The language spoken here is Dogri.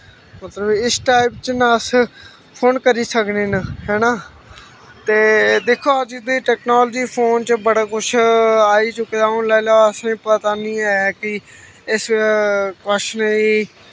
मतलब इस टाइप च ना अस फोन करी सकनें न हैना ते दिक्खो अज्ज दी टैकनालजी फोन च बड़ा किश आई चुके दा हून लाई लैओ असें पता नी ऐ कि इस कवाशनै गी